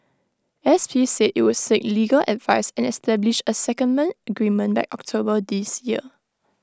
S P said IT would seek legal advice and establish A secondment agreement by October this year